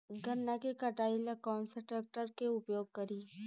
गन्ना के कटाई ला कौन सा ट्रैकटर के उपयोग करी?